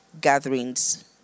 gatherings